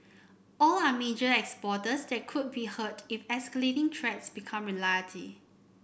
all are major exporters that could be hurt if escalating threats become reality